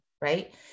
Right